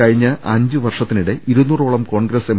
കഴിഞ്ഞ അഞ്ചുവർഷ ത്തിനിടെ ഇരുനൂറോളം കോൺഗ്രസ് എം